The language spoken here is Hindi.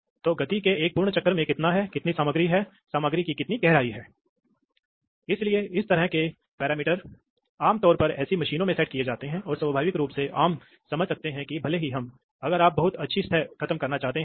दूसरी ओर जब यह सिलेंडर से आ रहा है जब यह सिलेंडर से वापस आ रहा है तो इसे DCV में जाने की आवश्यकता नहीं है और इसे जारी किया जाता है इसे देखें यह इसे दबाएगा और इसलिए यह यह होगा करीब और हवा वास्तव में सिलेंडर में स्थानीय रूप से वायुमंडल में बह जाएगी इसलिए यह जल्दी से समाप्त हो गया है सही है